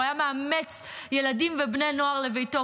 הוא היה מאמץ ילדים ובני נוער לביתו.